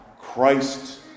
Christ